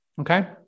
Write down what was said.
okay